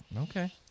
Okay